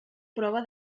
prova